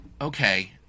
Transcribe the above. okay